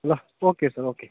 ल okay sir okay